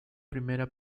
primera